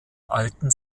alten